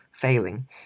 failing